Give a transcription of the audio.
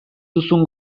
duzun